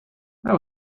that